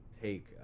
take